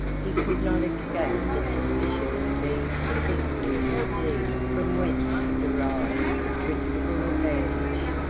he could not escape the suspicion of being accessory to a deed from whence he derived the principal advantage.